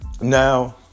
Now